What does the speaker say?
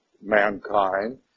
mankind